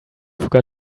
forgot